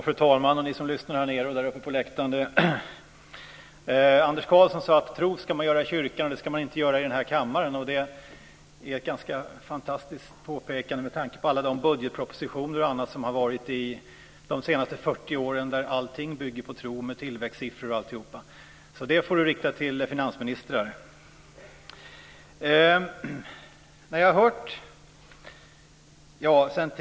Fru talman! Ni som lyssnar här nere och uppe på läktaren! Anders Karlsson sade att tro ska man göra i kyrkan. Det ska man inte göra här i kammaren. Det är ett ganska fantastiskt påpekande med tanke på alla de budgetpropositioner och annat som kommit under de senaste 40 åren där allting bygger på tro med tillväxtsiffror och allt sådant. Den uppmaningen får Anders Karlsson rikta till finansministrar i stället.